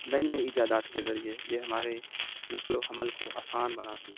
نئی نئی ایجادات کے ذریعہ یہ ہمارے نقل و حمل کو آسان بناتی ہے